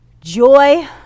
joy